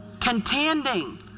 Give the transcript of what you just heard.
contending